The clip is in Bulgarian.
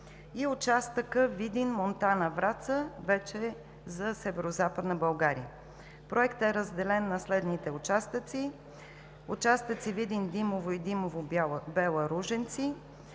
и участъка Видин – Монтана – Враца за Северозападна България. Проектът е разделен на следните участъци: Видин – Димово и Димово – Бела – Ружинци.